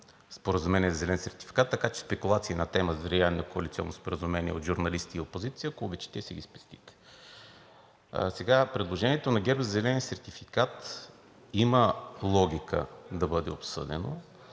споразумение за зелен сертификат, така че спекулация на тема „взривяване на коалиционно споразумение“ от журналисти и опозиция, ако обичате да си ги спестите. Предложението на ГЕРБ за зеления сертификат има логика да бъде обсъдено,